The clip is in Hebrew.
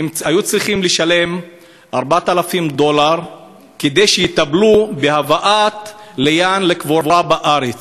הם היו צריכים לשלם 4,000 דולר כדי שיטפלו בהבאת ליאן לקבורה בארץ.